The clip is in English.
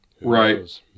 Right